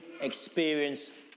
experience